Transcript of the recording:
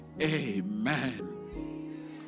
Amen